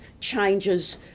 changes